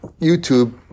YouTube